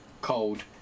cold